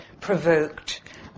provoked